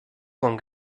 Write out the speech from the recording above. con